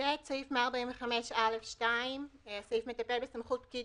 (ט)סעיף 145(א)(2); הסעיף מטפל בסמכות פקיד